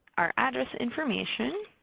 our address information,